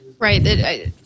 Right